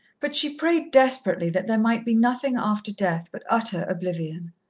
but she prayed desperately that there might be nothing after death but utter oblivion.